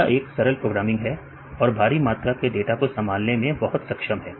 यह एक सरल प्रोग्रामिंग है और भारी मात्रा के डाटा को संभालने बहुत सक्षम है